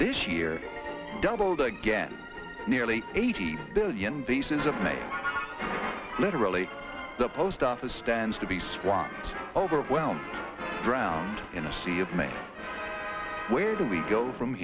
this year doubled again nearly eighty billion pieces of mail literally the post office stands to be swung overwhelmed drowned in a sea of make where do we go from